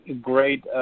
great